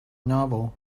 novel